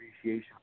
appreciation